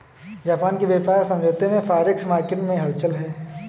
Japan के व्यापार समझौते से फॉरेक्स मार्केट में हलचल है